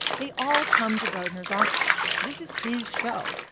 they all come to gardner's office. this is his show,